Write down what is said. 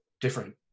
different